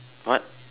what